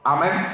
Amen